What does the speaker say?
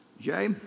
Jay